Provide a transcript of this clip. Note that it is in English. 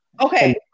Okay